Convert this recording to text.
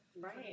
Right